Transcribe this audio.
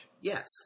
yes